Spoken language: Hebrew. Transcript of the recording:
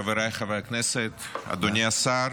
חבריי חברי הכנסת, אדוני השר,